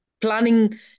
planning